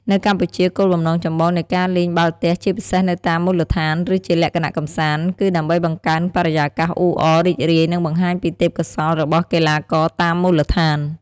នៅកម្ពុជា គោលបំណងចម្បងនៃការលេងបាល់ទះ ជាពិសេសនៅតាមមូលដ្ឋាន ឬជាលក្ខណៈកម្សាន្ត គឺដើម្បីបង្កើនបរិយាកាសអ៊ូអរ រីករាយ និងបង្ហាញពីទេពកោសល្យរបស់កីឡាករតាមមូលដ្ឋាន។